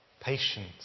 patience